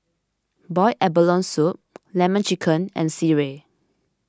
Boiled Abalone Soup Lemon Chicken and Sireh